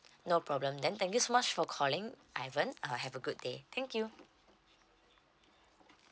no problem then thank you so much for calling ivan uh have a good day thank you